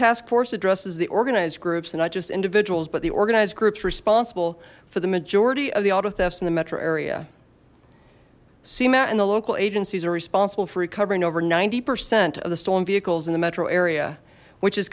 task force addresses the organized groups and not just individuals but the organized groups responsible for the majority of the auto thefts in the metro area see matt and the local agencies are responsible for recovering over ninety percent of the stolen vehicles in the metro area which is